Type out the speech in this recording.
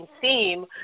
theme